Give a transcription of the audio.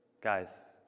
Guys